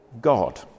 God